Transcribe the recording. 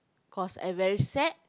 cause I very sad